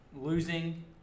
losing